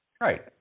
Right